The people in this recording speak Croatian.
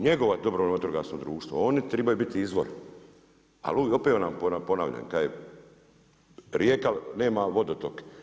Njegovati dobrovoljno vatrogasno društvo, oni trebaju biti izvor, ali opet vam ponavljam kaže rijeka nema vodotok.